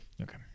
Okay